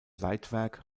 leitwerk